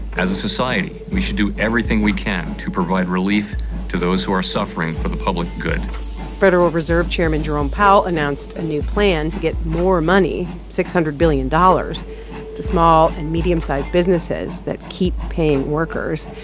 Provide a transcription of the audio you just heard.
as a society, we should do everything we can to provide relief to those who are suffering for the public good federal reserve chairman jerome powell announced a new plan to get more money six hundred billion dollars to small and medium-sized businesses that keep paying workers.